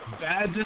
Bad